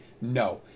No